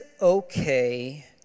okay